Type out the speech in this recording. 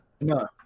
No